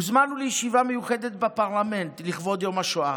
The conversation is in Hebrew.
הוזמנו לישיבה מיוחדת בפרלמנט לכבוד יום השואה.